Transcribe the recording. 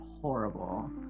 horrible